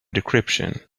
decryption